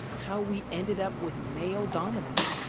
how we ended up with male dominance,